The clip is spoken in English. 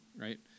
right